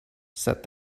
said